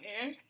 air